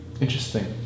Interesting